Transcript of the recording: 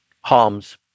harms